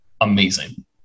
amazing